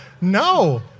No